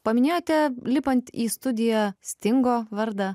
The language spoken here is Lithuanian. paminėjote lipant į studiją stingo vardą